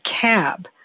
cab